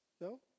No